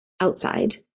outside